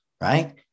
right